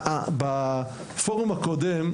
בפורום הקודם,